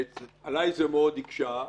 עלי זה מאוד הקשה,